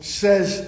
says